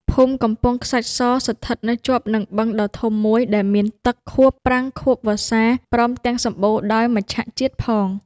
ភូមិ កំពង់ខ្សាច់ស ស្ថិតនៅជាប់នឹងបឹងដ៏ធំមួយ ដែលមានទឹកខួបប្រាំងខួបវស្សា ព្រមទាំងសម្បូរដោយមច្ឆជាតិផង។